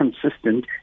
consistent